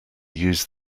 use